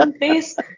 Face